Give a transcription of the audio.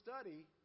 study